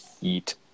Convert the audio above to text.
Eat